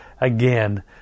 again